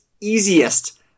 easiest